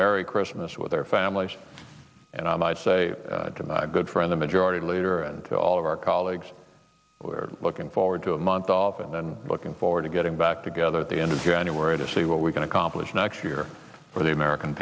merry christmas with their families and i'd say to my good friend the majority leader and all of our colleagues we're looking forward to a month off and then looking forward to getting back together at the end of january to see what we can accomplish next year for the american